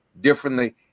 differently